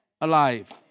Alive